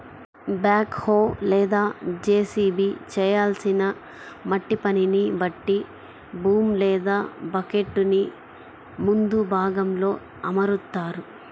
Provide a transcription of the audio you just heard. back హో లేదా JCB చేయాల్సిన మట్టి పనిని బట్టి బూమ్ లేదా బకెట్టుని ముందు భాగంలో అమరుత్తారు